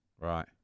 right